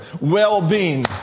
well-being